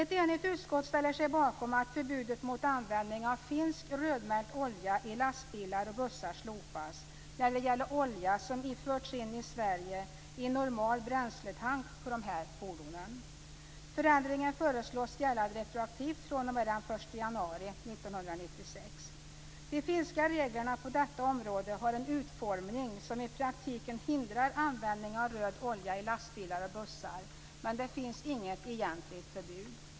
Ett enigt utskott ställer sig bakom att förbudet mot användning av finsk rödmärkt olja i lastbilar och bussar slopas när det gäller olja som förts in till Sverige i normal bränsletank på dessa fordon. Förändringen föreslås gälla retroaktivt fr.o.m. den 1 januari 1996. De finska reglerna på detta område har en utformning som i praktiken hindrar användning av röd olja i lastbilar och bussar, men det finns inget egentligt förbud.